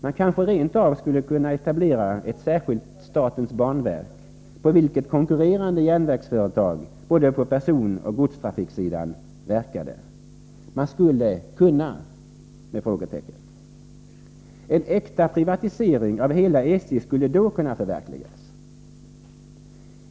Man kanske rent av skulle kunna etablera ett särskilt statens banverk, på vilket konkurrerande järnvägsföretag på både personoch godstrafiksidan verkade? En äkta privatisering av hela SJ skulle då kunna förverkligas.